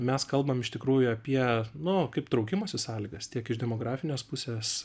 mes kalbam iš tikrųjų apie nu kaip traukimosi sąlygas tiek iš demografinės pusės